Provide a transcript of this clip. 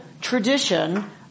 tradition